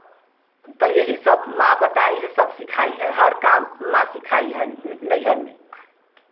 तो यही सब माँ बताई है सब सिखाई है हर काम माँ सिखाई है नइहर में